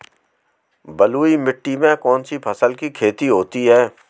बलुई मिट्टी में कौनसी फसल की खेती होती है?